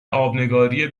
آبنگاری